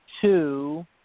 two